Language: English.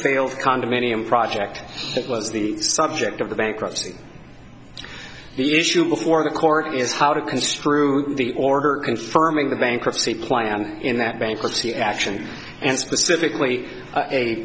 sale condominium project that was the subject of the bankruptcy the issue before the court is how to construe the order confirming the bankruptcy plan in that bankruptcy action and specifically a